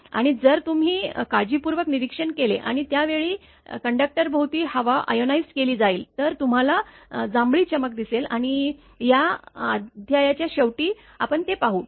आणि जर तुम्ही काळजीपूर्वक निरीक्षण केले आणि त्या वेळी कंडक्टरभोवती हवा आयनाइज्ड केली जाईल तर तुम्हाला जांभळी चमक दिसेल आणि या अध्यायाच्या शेवटी आपण ते पाहू ठीक आहे